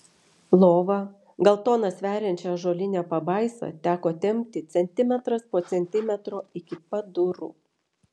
lova gal toną sveriančią ąžuolinę pabaisą teko tempti centimetras po centimetro iki pat durų